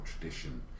tradition